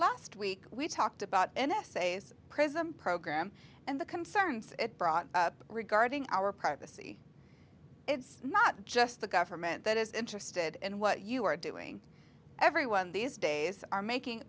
last week we talked about n s a s prism program and the concerns it brought regarding our privacy it's not just the government that is interested in what you are doing everyone these days are making